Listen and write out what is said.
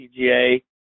PGA